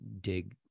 dig